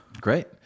great